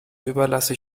überlasse